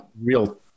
real